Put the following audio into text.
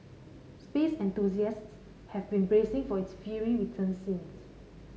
space enthusiasts have been bracing for its fiery return since